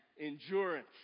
endurance